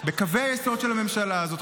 בקווי היסוד של הממשלה הזאת,